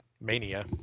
Mania